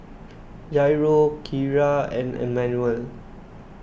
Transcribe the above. Jairo Kyara and Emanuel